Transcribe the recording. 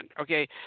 Okay